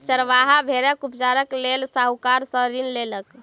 चरवाहा भेड़क उपचारक लेल साहूकार सॅ ऋण लेलक